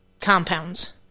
compounds